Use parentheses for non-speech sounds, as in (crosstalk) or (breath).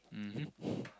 mmhmm (breath)